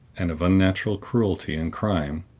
and of unnatural cruelty and crime,